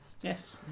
Yes